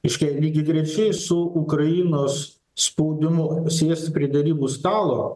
reiškia lygiagrečiai su ukrainos spaudimu sėst prie derybų stalo